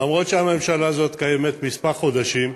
למרות שהממשלה הזאת קיימת כמה חודשים,